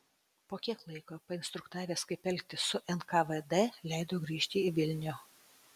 po kiek laiko painstruktavęs kaip elgtis su nkvd leido grįžti į vilnių